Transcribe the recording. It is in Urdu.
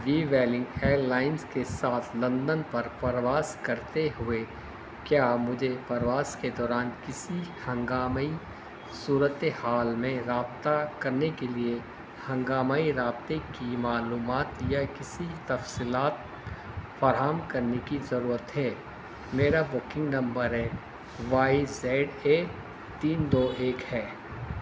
ویویلنگ ایئر لائنز کے ساتھ لندن پر پرواز کرتے ہوئے کیا مجھے پرواز کے دوران کسی ہنگامی صورت حال میں رابطہ کرنے کے لیے ہنگامی رابطے کی معلومات یا کسی تفصیلات فراہم کرنے کی ضرورت ہے میرا بکنگ نمبر ہے وائی زیڈ اے تین دو ایک ہے